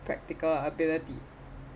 practical ability